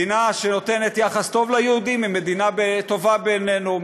מדינה שנותנת יחס טוב ליהודים היא מדינה טובה בעינינו,